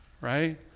right